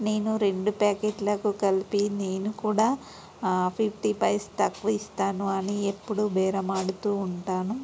నేను రెండు ప్యాకెట్లకు కలిపి నేను కూడా ఫిఫ్టీ పైస్ తక్కువిస్తాను అని ఎప్పుడు బేరం ఆడుతూ ఉంటాను